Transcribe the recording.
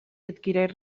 adquireix